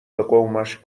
قومش